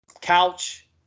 couch